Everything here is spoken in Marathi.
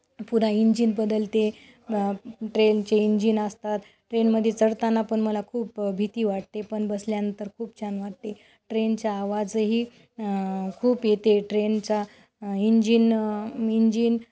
पुन्हा इंजिन बदलते ट्रेनचे इंजिन असतात ट्रेनमध्ये चढताना पण मला खूप भीती वाटते पण बसल्यानंतर खूप छान वाटते ट्रेनच्या आवाजही खूप येते ट्रेनचा इंजिन इंजिन